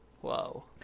Whoa